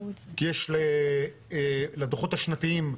כי יש לדו"חות השנתיים,